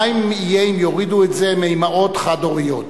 מה יהיה אם יורידו את זה מאמהות חד-הוריות?